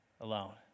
alone